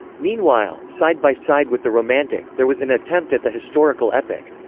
meanwhile, side by side with the romantic, there was an attempt at the historical epic.